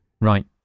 Right